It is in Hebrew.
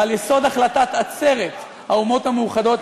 ועל יסוד החלטת עצרת האומות המאוחדות,